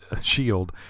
shield